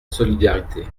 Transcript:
solidarité